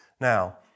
Now